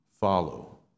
follow